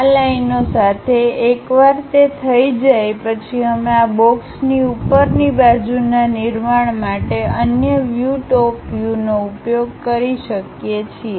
આ લાઈન ઓ સાથે એકવાર તે થઈ જાય પછી અમે આ બોક્સની ઉપરની બાજુના નિર્માણ માટે અન્ય વ્યૂ ટોપ વ્યૂનો ઉપયોગ કરી શકીએ છીએ